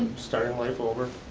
starting life over.